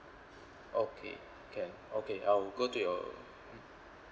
okay can okay I'll go to your mm